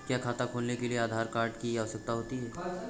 क्या खाता खोलने के लिए आधार कार्ड की आवश्यकता होती है?